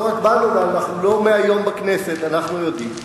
לא רק בנו, ואנחנו לא מהיום בכנסת, אנחנו יודעים.